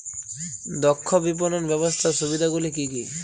দক্ষ বিপণন ব্যবস্থার সুবিধাগুলি কি কি?